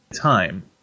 Time